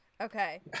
Okay